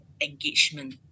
engagement